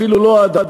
אפילו לא העדפה,